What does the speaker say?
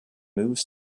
moves